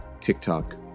TikTok